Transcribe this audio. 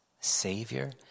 savior